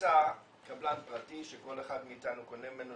בממוצע קבלן פרטי שכל אחד מאיתנו קונה ממנו